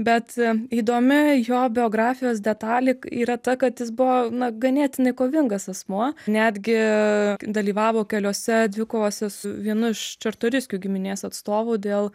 bet įdomi jo biografijos detalė yra ta kad jis buvo na ganėtinai kovingas asmuo netgi dalyvavo keliose dvikovose su vienu iš čartoriskių giminės atstovų dėl